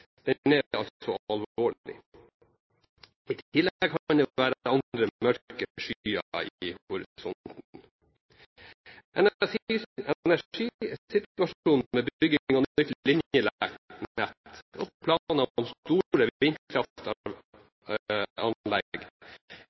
tillegg kan det være andre mørke skyer i horisonten. Energisituasjonen, med bygging av nytt linjenett og planer om store vindkraftanlegg, er